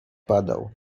padał